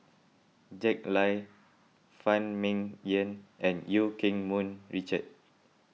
Jack Lai Phan Ming Yen and Eu Keng Mun Richard